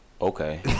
Okay